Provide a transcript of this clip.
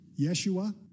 Yeshua